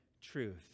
truth